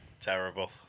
Terrible